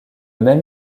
même